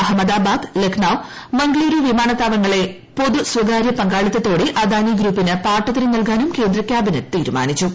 അഹമ്മദാബാദ് ലക്നൌ മംഗളുരു വിമാനത്താവളങ്ങളെ പൊതു സ്വകാര്യ പങ്കാളിത്തതോടെ അദാനി ഗ്രൂപ്പിന് പാട്ടത്തിന് നൽകാനും കേന്ദ്ര ക്യാബിനറ്റ് തീരുമാനിച്ചു